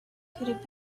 could